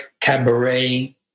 cabaret